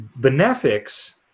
benefics